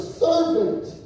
servant